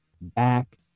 back